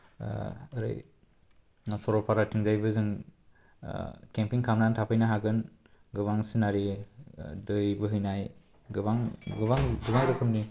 ओरै सरलपाराथिंजायबो जों केम्पिं खालामनानै थाफैनो हागोन गोबां सिनारि दै बोहैनाय गोबां गोबां गोबां रोखोमनि